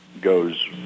goes